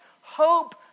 hope